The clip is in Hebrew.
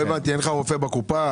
אין לך רופא בקופה?